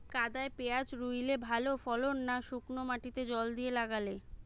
কাদায় পেঁয়াজ রুইলে ভালো ফলন না শুক্নো মাটিতে জল দিয়ে লাগালে?